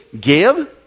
give